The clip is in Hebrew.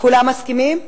כולם מסכימים?